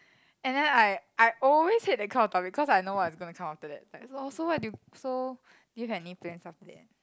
and then I I always hate that kind of topic cause I know what's going to come after that like so so do you so do you have any plans after that